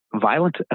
violent